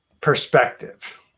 perspective